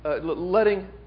letting